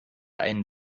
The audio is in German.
einen